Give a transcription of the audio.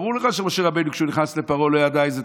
ברור לך שכשמשה רבנו נכנס לפרעה הוא לא ידע